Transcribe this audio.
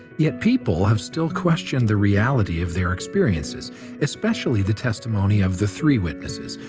yet people have still questioned the reality of their experiences especially the testimony of the three witnesses,